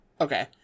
Okay